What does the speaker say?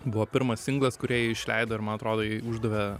buvo pirmas singlas kurį jie išleido ir man atrodo jie uždavė